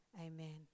Amen